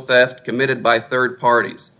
theft committed by rd parties